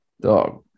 Dog